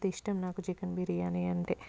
అంత ఇష్టం నాకు చికెన్ బిర్యానీ అంటే